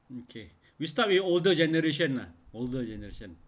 okay we start with older generation lah older generation